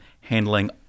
handling